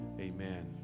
Amen